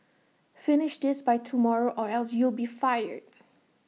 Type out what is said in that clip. finish this by tomorrow or else you'll be fired